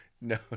no